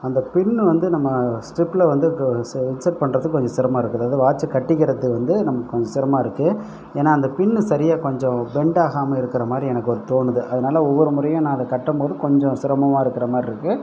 அந்த பின் வந்து நம்ம ஸ்ட்ரிப்பில் வந்து இன்சர்ட் பண்ணுறதுக்கு கொஞ்சம் சிரமம் இருக்கிறது வாட்ச் கட்டிக்கிறத்துக்கு வந்து நமக்கு கொஞ்சம் சிரமமா இருக்கு ஏன்னா அந்த பின் சரியாக கொஞ்சம் பெண்ட் ஆகாமல் இருக்கிற மாதிரி எனக்கு ஒரு தோணுது அதனால ஒவ்வொரு முறையும் நான் அதை கட்டும் போது கொஞ்சம் சிரமமாக இருக்கிற மாதிரி இருக்கு